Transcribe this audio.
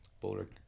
Boulder